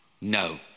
No